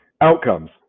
outcomes